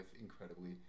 incredibly